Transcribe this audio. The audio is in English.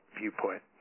viewpoint